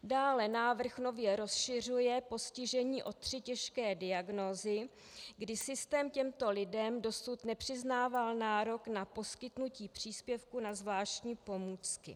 Dále návrh nově rozšiřuje postižení o tři těžké diagnózy, kdy systém těmto lidem dosud nepřiznával nárok na poskytnutí příspěvku na zvláštní pomůcky.